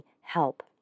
help